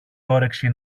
όρεξη